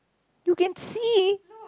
you can see